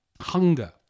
hunger